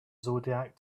zodiac